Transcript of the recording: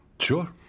Sure